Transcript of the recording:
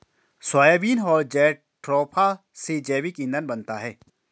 soybean और jatropha से जैविक ईंधन बनता है